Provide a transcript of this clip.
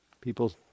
People